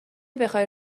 بخای